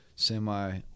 semi